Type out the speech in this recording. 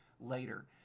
later